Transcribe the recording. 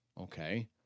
Okay